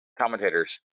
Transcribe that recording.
commentator's